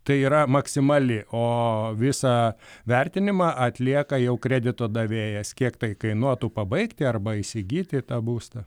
tai yra maksimali o visą vertinimą atlieka jau kredito davėjas kiek tai kainuotų pabaigti arba įsigyti tą būstą